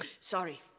Sorry